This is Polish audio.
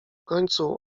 końcu